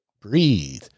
Breathe